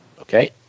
Okay